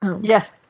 Yes